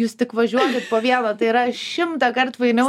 jūs tik važiuokit po vieną tai yra šimtąkart fainiau